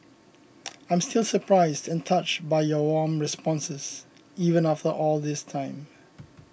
I'm still surprised and touched by your warm responses even after all this time